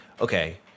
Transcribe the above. okay